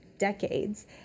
decades